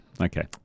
Okay